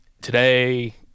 Today